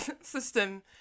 system